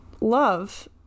love